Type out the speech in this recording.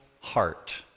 heart